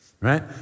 right